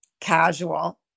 casual